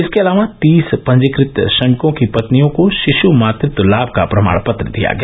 इसके अलावा तीस पंजीकृत श्रमिकों की पत्नियों को शिशु मातृत्व लाभ का प्रमाण पत्र दिया गया